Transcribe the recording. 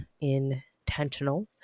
intentional